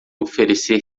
oferecer